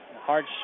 Hard